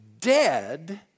dead